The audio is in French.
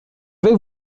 vais